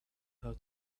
how